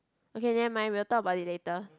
okay nevermind we will talk about it later